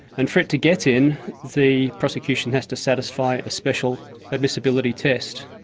and for it to get in the prosecution has to satisfy a special admissibility test.